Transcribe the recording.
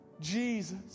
Jesus